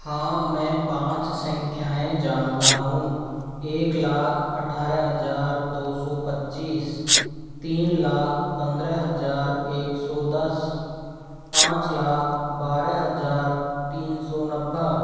हाँ मैं पाँच संख्याएँ जानता हूँ एक लाख अठारह हजार दो सौ पच्चीस तीन लाख पंद्रह हजार एक सौ दस पाँच लाख बारह हजार तीन सौ नब्बे